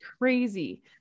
crazy